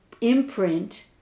imprint